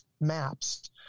maps